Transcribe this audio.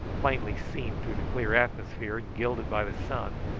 plainly seen through the clear atmosphere and gilded by the sun,